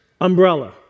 umbrella